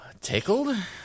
Tickled